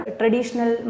traditional